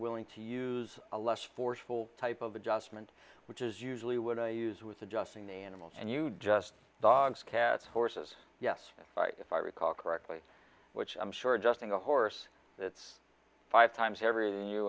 willing to use a less forceful type of adjustment which is usually what i use with adjusting the animals and you just dogs cats horses yes if i recall correctly which i'm sure adjusting a horse that's five times everything you